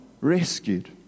Rescued